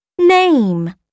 Name